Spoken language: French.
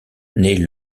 naît